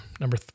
Number